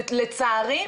ולצערי,